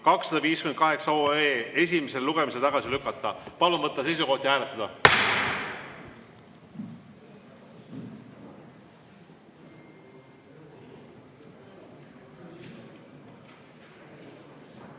258 esimesel lugemisel tagasi lükata. Palun võtta seisukoht ja hääletada!